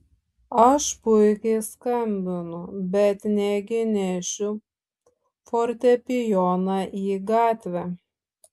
aš puikiai skambinu bet negi nešiu fortepijoną į gatvę